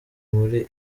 muri